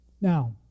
Now